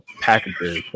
packages